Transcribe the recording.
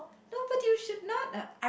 no but you should not uh